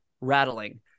rattling